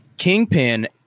kingpin